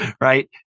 right